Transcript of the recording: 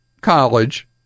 college